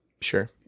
sure